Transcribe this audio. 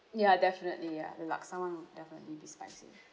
ya definitely ya the laksa one would definitely be spicy